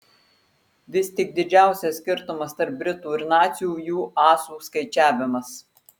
vis tik didžiausias skirtumas tarp britų ir nacių jų asų skaičiavimas